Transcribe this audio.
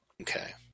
Okay